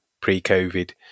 pre-COVID